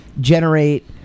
generate